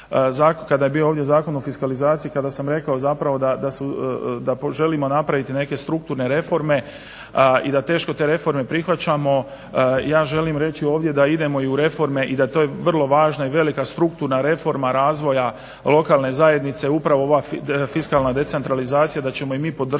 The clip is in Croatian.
kada je bio ovdje Zakon o fiskalizaciji kada sam rekao da želimo napraviti neke strukturne reforme i da teško te reforme prihvaćamo ja želim reći ovdje da idemo i u reforme i da je to vrlo važna i vrlo velika strukturna reforma razvoja lokalne zajednice, upravo ova fiskalna decentralizacija da ćemo je i mi podržati